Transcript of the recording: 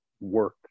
work